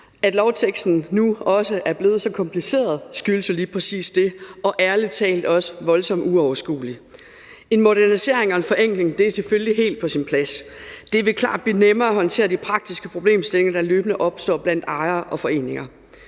At lovteksten nu også er blevet så kompliceret, skyldes jo lige præcis det, og den er ærlig talt også voldsomt uoverskuelig. En modernisering og forenkling er selvfølgelig helt på sin plads. Det vil klart blive nemmere at håndtere de praktiske problemstillinger, der løbende opstår blandt ejere og foreninger.